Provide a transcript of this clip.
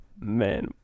man